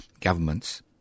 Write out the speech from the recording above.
governments